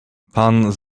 pan